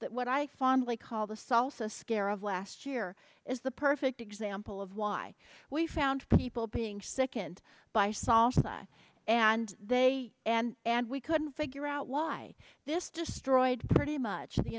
that what i fondly call the salsa scare of last year is the perfect example of why we found people being sickened by salsa and they and and we couldn't figure out why this destroyed pretty much the